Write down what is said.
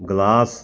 glass